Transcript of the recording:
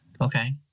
Okay